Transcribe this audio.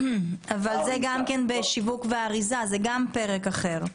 אבל זה גם כן בשיווק ואריזה, זה גם פרק אחר.